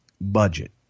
budget